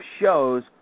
shows